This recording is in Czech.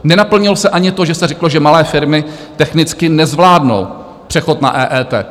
Nenaplnilo se ani to, že se řeklo, že malé firmy technicky nezvládnou přechod na EET.